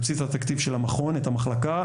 בבסיס התקציב של המכון את המחלקה,